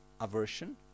aversion